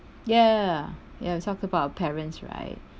ya ya talk about parents right